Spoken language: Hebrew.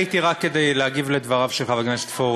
אני עליתי רק כדי להגיב על דבריו של חבר הכנסת פורר.